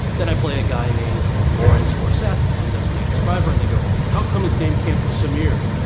then i play a guy named lawrence or seth on designated survivor. and they go, how come his name can't be samir?